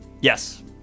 Yes